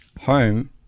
home